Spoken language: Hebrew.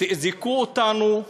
תאזקו אותנו,